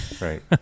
Right